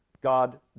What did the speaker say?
God